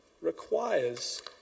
requires